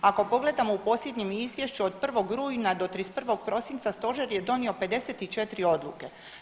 Ako pogledamo u posljednjem izvješću od 1. rujna do 31. prosinca stožer je donio 54 odluke.